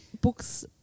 books